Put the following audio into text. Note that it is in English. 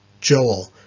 Joel